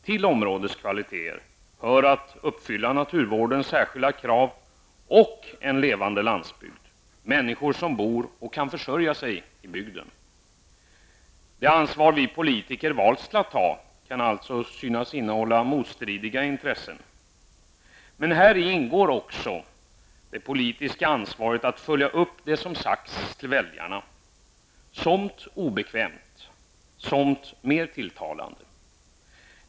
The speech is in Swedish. Till områdets kvaliteter hör en miljö som uppfyller naturvårdens särskilda krav och en levande landsbygd, människor som bor och kan försörja sig i bygden. Det ansvar vi politiker valts till att ta kan alltså synas innehålla motstridiga intressen. Men häri ingår också de politiska ansvaret att följa upp det som sagts till väljarna -- somt obekvämt, somt mer tilltalande.